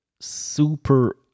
super